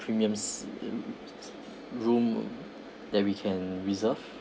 premiums room that we can reserve